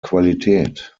qualität